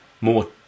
more